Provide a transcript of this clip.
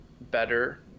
better